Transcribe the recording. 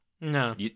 No